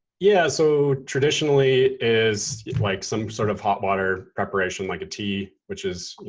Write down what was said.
yeah, so traditionally is like some sort of hot water preparation, like a tea, which is,